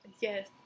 Yes